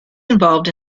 involved